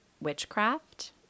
witchcraft